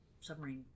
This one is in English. submarine